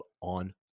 on